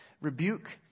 rebuke